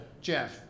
Jeff